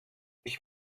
ich